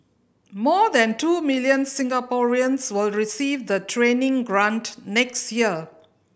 more than two million Singaporeans will receive the training grant next year